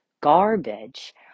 garbage